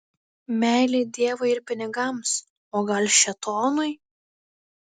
meilė dievui ir pinigams o gal šėtonui